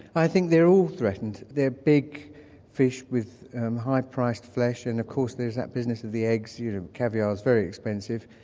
i think they're all threatened. they're big fish with high-priced flesh and of course there's that business of the eggs. you know caviar is very expensive.